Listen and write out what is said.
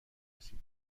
رسید